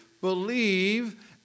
believe